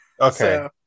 Okay